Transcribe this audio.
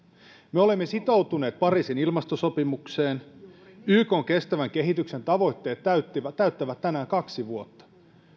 me olemme sitoutuneet pariisin ilmastosopimukseen ykn kestävän kehityksen tavoitteet täyttävät tänään kaksi vuotta